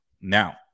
Now